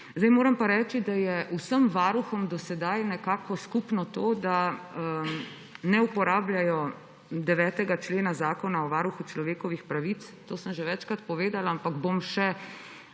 zdravje. Moram pa reči, da je vsem varuhom do sedaj skupno to, da ne uporabljajo 9. člena Zakona o varuhu človekovih pravic. To sem že večkrat povedala, ampak bom še